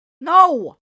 No